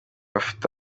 afite